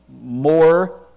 More